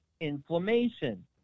inflammation